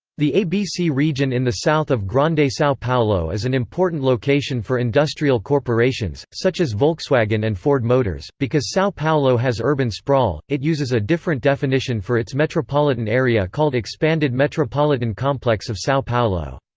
the abc region in the south of grande sao paulo is an important location for industrial corporations, such as volkswagen and ford motors because sao paulo has urban sprawl, it uses a different definition for its metropolitan area called expanded metropolitan complex of sao paulo.